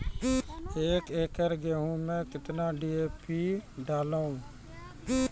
एक एकरऽ गेहूँ मैं कितना डी.ए.पी डालो?